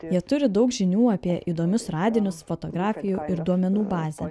jie turi daug žinių apie įdomius radinius fotografijų ir duomenų bazę